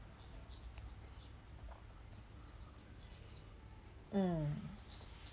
mm